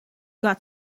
got